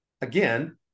again